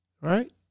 Right